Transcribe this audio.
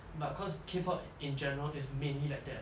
but cause K pop in general is mainly like that